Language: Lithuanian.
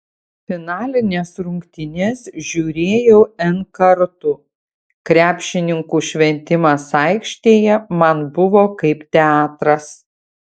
finalines rungtynes žiūrėjau n kartų krepšininkų šventimas aikštėje man buvo kaip teatras